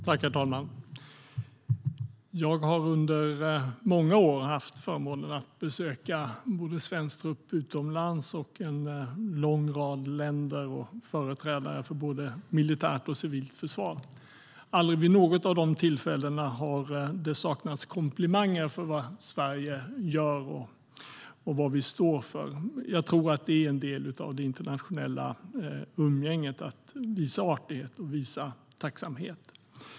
Herr talman! Jag har under många år haft förmånen att få besöka såväl svensk trupp utomlands som en lång rad länder och företrädare för både militärt och civilt försvar. Det har aldrig vid något av dessa tillfällen saknats komplimanger för vad Sverige gör och vad vi står för. Jag tror att det är en del av det internationella umgänget att visa artighet och tacksamhet.